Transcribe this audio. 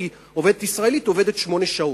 כי עובדת ישראלית עובדת שמונה שעות.